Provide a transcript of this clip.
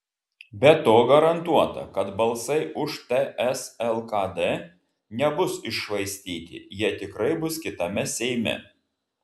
be to garantuota kad balsai už ts lkd nebus iššvaistyti jie tikrai bus kitame seime